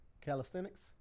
Calisthenics